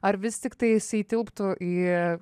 ar vis tiktai jisai tilptų į